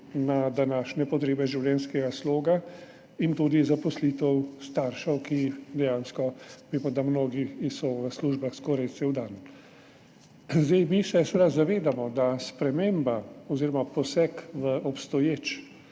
na današnje potrebe življenjskega sloga in tudi zaposlitev staršev, za katere dejansko vemo, da so mnogi v službah skoraj cel dan. Mi se seveda zavedamo, da sprememba oziroma poseg v obstoječ,